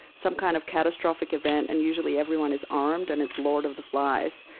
some kind of catastrophic event. and usually everyone is armed and it's lord of the flies.